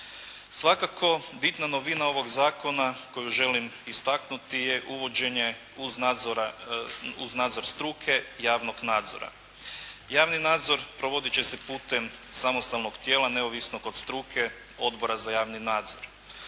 Svakako bitna novina ovog zakona koju želim istaknuti je uvođenje uz nadzor struke javnog nadzora. Javni nadzor provodit će se putem samostalnog tijela neovisnog od struke Odbora za javni nadzor.